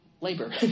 labor